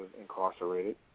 incarcerated